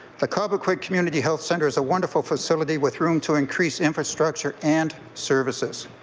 the cobequid community health centre is a wonderful facility with room to increase infrastructure and services.